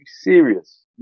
serious